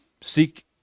seek